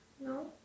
No